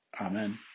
Amen